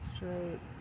Straight